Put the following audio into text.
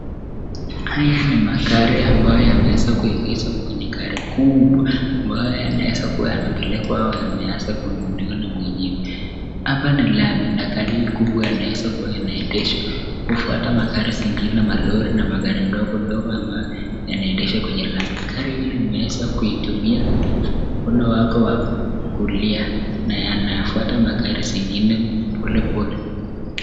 Hii ni magari ambayo yameweza kuegezwa kwenye gari kubwa ambayo yanaweza kuwa yanapekekwa au yameweza kununuliwa na mwenyewe. Hapa ni lami na gari kubwa inaeza kuwa inaendeshwa kufuata magari zingine ,malori na magari ndogo ambayo yanaendeshwa kwenye lami. Gari hili unaweza kutumia mkono wako wa kulia na yanayafuata magari zingine pole pole